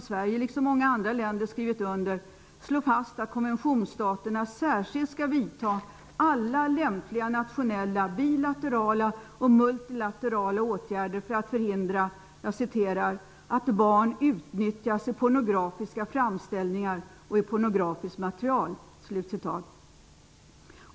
Sverige liksom många andra länder skrivit under, slås det fast att konventionsstaterna särskilt skall vidta alla lämpliga nationella bilaterala och multilaterala åtgärder för att förhindra ''att barn utnyttjas i pornografiska framställningar och i pornografiskt material.''